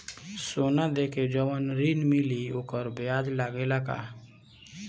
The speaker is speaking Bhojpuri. सोना देके जवन ऋण मिली वोकर ब्याज लगेला का?